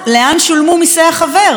לאן שולמו מיסי החבר.